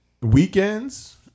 Weekends